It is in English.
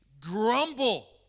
grumble